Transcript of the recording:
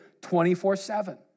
24-7